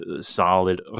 solid